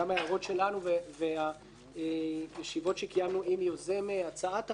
שלנו והישיבות שקיימנו עם יוזם הצעת החוק,